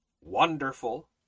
wonderful